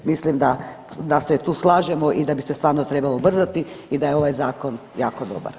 Mislim da se tu slažemo i da bi se stvarno trebalo ubrzati i da je ovaj zakon jako dobar.